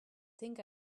think